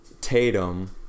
Tatum